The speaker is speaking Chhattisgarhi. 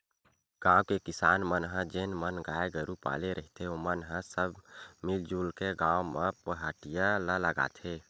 गाँव के किसान मन जेन मन गाय गरु पाले रहिथे ओमन ह सब मिलजुल के गाँव म पहाटिया ल लगाथे